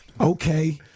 Okay